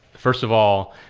first of all,